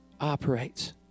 operates